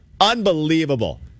Unbelievable